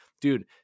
Dude